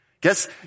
Guess